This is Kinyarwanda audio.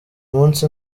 munsi